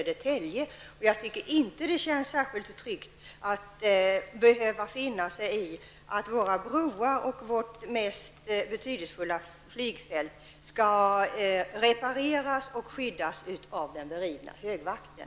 Det känns inte särskilt tryggt att behöva finna sig i att våra broar och vårt mest betydelsefulla flygfält skall repareras och skyddas av den beridna högvakten.